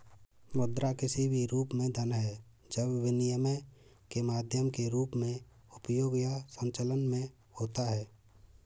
मुद्रा किसी भी रूप में धन है जब विनिमय के माध्यम के रूप में उपयोग या संचलन में होता है